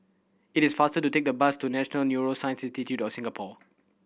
it is faster to take the bus to National Neuroscience Institute Singapore